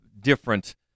different